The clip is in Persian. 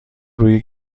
روی